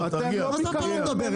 סליחה, מה זה אתה לא מדבר אלי?